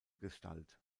gestalt